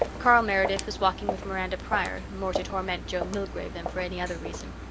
carl meredith was walking with miranda pryor, more to torment joe milgrave than for any other reason.